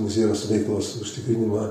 muziejaus veiklos užtikrinimą